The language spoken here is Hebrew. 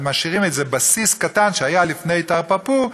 משאירים איזה בסיס קטן שהיה לפני תרפפו,